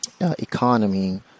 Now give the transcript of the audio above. economy